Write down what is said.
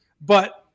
But-